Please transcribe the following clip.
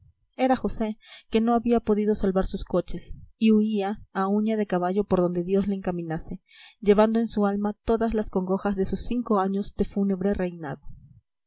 era josé que no había podido salvar sus coches y huía a uña de caballo por donde dios le encaminase llevando en su alma todas las congojas de sus cinco años de fúnebre reinado